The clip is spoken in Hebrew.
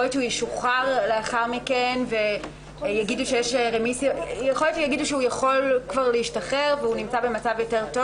יכול להיות שהוא ישוחרר לאחר מכן ויגידו שהוא נמצא במצב טוב יותר.